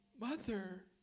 mother